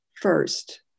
first